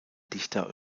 dichter